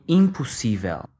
impossível